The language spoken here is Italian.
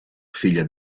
figlia